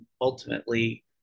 ultimately